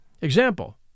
Example